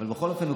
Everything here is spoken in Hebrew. אבל בכל אופן,